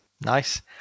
Nice